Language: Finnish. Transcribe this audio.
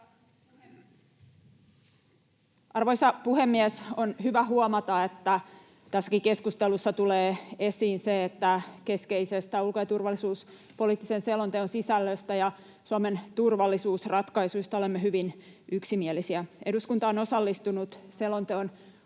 Arvoisa puhemies! On hyvä huomata, että tässäkin keskustelussa tulee esiin se, että keskeisestä ulko‑ ja turvallisuuspoliittisen selonteon sisällöstä ja Suomen turvallisuusratkaisuista olemme hyvin yksimielisiä. Eduskunta on osallistunut selonteon